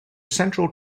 central